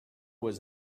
was